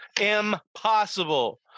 Impossible